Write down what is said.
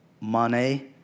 money